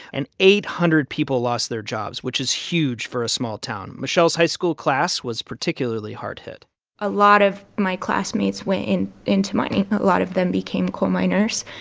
and eight hundred people lost their jobs, which is huge for a small town. michelle's high-school class was particularly hard-hit a lot of my classmates went into mining. a lot of them became coal miners.